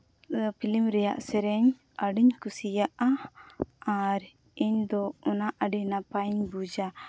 film ᱨᱮᱭᱟᱜ ᱥᱮᱨᱮᱧ ᱟᱹᱰᱤᱧ ᱠᱩᱥᱤᱭᱟᱜᱼᱟ ᱟᱨ ᱤᱧ ᱫᱚ ᱚᱱᱟ ᱟᱹᱰᱤ ᱱᱟᱯᱟᱭᱤᱧ ᱵᱩᱡᱟ